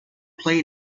play